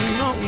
no